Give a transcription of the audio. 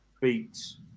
beats